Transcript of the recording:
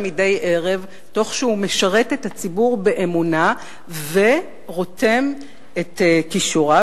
מדי ערב תוך שהוא משרת את הציבור באמונה ורותם את כישוריו,